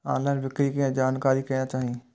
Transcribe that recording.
Online बिक्री के जानकारी केना चाही?